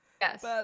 Yes